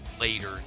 later